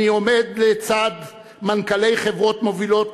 אני עומד לצד מנכ"לי חברות מובילות,